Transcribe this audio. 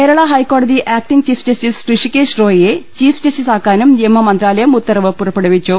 കേരള ഹൈക്കോ ടതി acting chief justice Hrishikesh റോയിയെ ചീഫ് ജസ്റ്റിസ് ആക്കാനും നിയമ മന്ത്രാലയം ഉത്തർവ് പുറപ്പെടുവിച്ചു